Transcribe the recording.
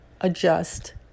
adjust